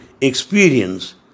experience